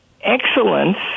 excellence